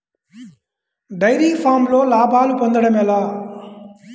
Dairy ఫామ్లో లాభాలు పొందడం ఎలా?